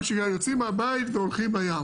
מה שנקרא יוצאים מהבית והולכים לים